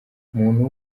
umuntu